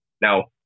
Now